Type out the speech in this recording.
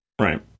Right